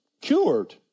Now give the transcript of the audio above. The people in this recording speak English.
cured